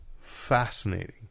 fascinating